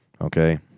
okay